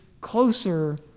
closer